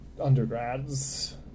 undergrads